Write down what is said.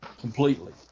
completely